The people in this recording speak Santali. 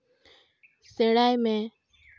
ᱥᱮᱬᱟᱭ ᱢᱮ